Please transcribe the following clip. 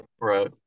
right